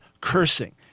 cursing